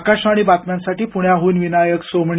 आकाशवाणी बातम्यांसाठी पुण्याहून विनायक सोमणी